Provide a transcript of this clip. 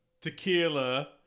tequila